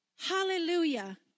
Hallelujah